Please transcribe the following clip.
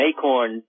Acorn